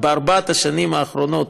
בארבע השנים האחרונות